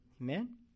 Amen